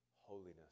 holiness